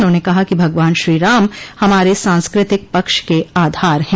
उन्होंने कहा कि भगवान श्रीराम हमारो सांस्कृतिक पक्ष के आधार है